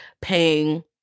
paying